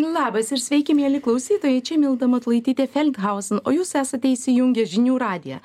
labas ir sveiki mieli klausytojai čia milda matulaitytė feldhausen o jūs esate įsijungę žinių radiją